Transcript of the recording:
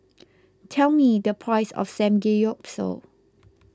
tell me the price of Samgeyopsal